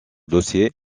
dossier